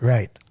Right